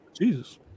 Jesus